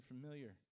familiar